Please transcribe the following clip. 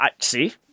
See